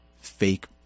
fake